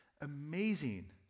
amazing